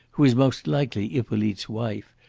who is most likely hippolyte's wife,